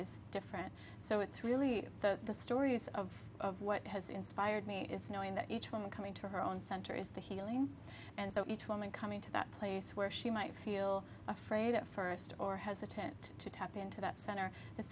s different so it's really the stories of what has inspired me is knowing that each woman coming to her own center is the healing and so each woman coming to that place where she might feel afraid at first or hesitant to tap into that center as